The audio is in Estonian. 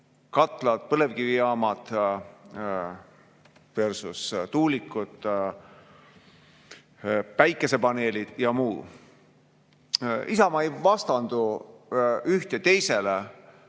põlevkivijaamadversustuulikud, päikesepaneelid ja muu. Isamaa ei vastanda ühte teisele.